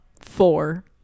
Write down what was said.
four